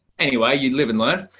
anyway you live and learn.